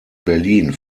berlin